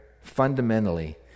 fundamentally